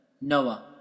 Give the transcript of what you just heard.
Noah